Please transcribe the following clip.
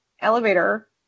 elevator